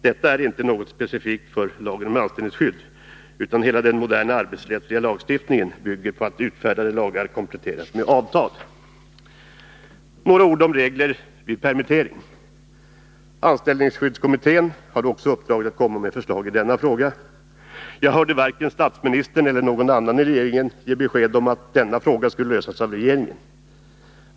Detta är inte något specifikt för lagen om anställningsskydd, utan hela den moderna arbetsrättsliga lagstiftningen bygger på att utfärdade lagar kompletteras med avtal. Några ord om regler vid permittering! Anställningsskyddskommittén hade uppdraget att komma med förslag också i den frågan. Jag hörde varken statsministern eller någon annan i regeringen ge besked om att denna fråga skulle lösas av regeringen.